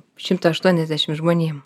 šimtui aštuoniasdešimt žmonėm